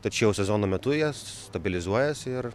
tačiau sezono metu jas stabilizuojasi ir